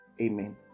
Amen